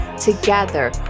together